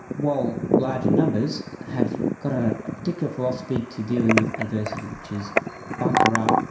while large in numbers, have got a particular philosophy to dealing with adversity, which is bunker up,